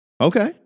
Okay